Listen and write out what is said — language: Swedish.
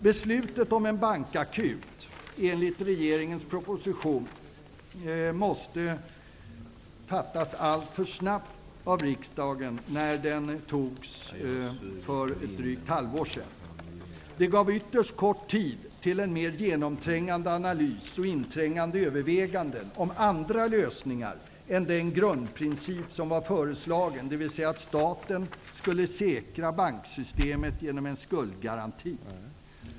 Riksdagen tvingades för drygt ett halvår sedan att fatta ett alltför snabbt beslut om en bankakut. Det gavs en ytterst kort tid för en mer genomträngande analys och inträngande överväganden om andra lösningar än den grundprincip som var föreslagen, dvs. att staten skulle säkra banksystemet genom en skuldgaranti.